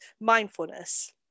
mindfulness